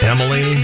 Emily